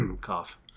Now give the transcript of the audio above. cough